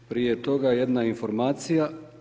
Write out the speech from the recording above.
Prije toga, jedna informacija.